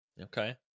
Okay